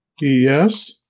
Yes